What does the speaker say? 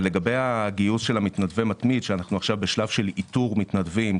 לגבי גיוס מתנדבי מתמיד שאנחנו בשלב של איתור מתנדבים,